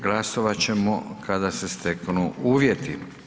Glasovat ćemo kada se steknu uvjeti.